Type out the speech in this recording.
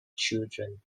children